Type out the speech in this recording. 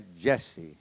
Jesse